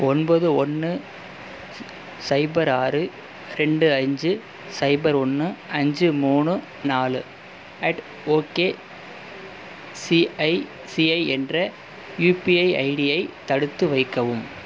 ஒன்பது ஒன்று சைபர் ஆறு ரெண்டு அஞ்சு சைபர் ஒன்று அஞ்சு மூணு நாலு அட் ஓகேசிஐசிஐ என்ற யுபிஐ ஐடியை தடுத்து வைக்கவும்